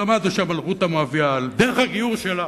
למדנו שם על רות המואבייה, על דרך הגיור שלה.